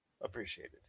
appreciated